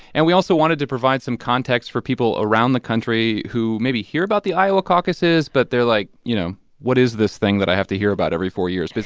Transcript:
and we also wanted to provide some context for people around the country who maybe hear about the iowa caucuses but they're like, you know, what is this thing that i have to hear about every four years?